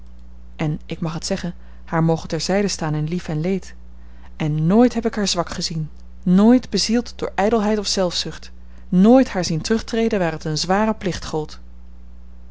en ik mag het zeggen haar mogen ter zijde staan in lief en leed en nooit heb ik haar zwak gezien nooit bezield door ijdelheid of zelfzucht nooit haar zien terugtreden waar het een zwaren plicht gold